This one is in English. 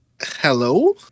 Hello